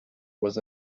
was